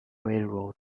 railroad